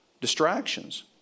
distractions